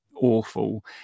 awful